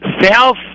self